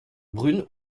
brune